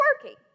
quirky